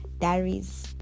Diaries